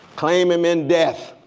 claim him in death,